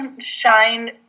shine